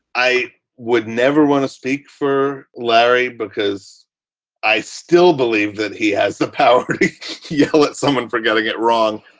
i would never want to speak for larry because i still believe that he has the power to yell at someone forgot to get wrong.